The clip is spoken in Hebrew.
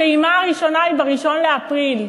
הפעימה הראשונה היא ב-1 באפריל,